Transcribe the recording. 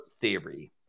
theory